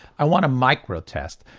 i want a micro test,